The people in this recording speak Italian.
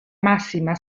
massima